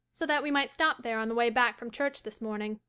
so that we might stop there on the way back from church this morning.